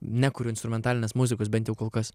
nekuriu instrumentalinės muzikos bent kol kas